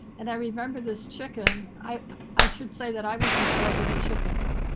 and i remember this chicken. i i should say that i was in charge of the chickens.